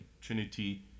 Trinity